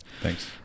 Thanks